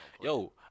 Yo